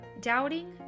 Doubting